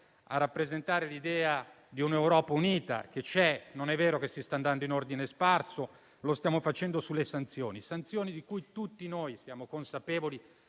a rappresentare l'idea di un'Europa unita, che c'è perché non è vero che si sta andando in ordine sparso. Lo stiamo facendo sulle sanzioni e tutti noi siamo consapevoli